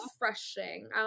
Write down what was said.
refreshing